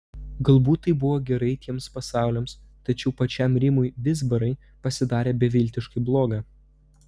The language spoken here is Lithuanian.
galbūt tai buvo gerai tiems pasauliams tačiau pačiam rimui vizbarai pasidarė beviltiškai bloga